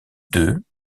d’œufs